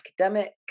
academic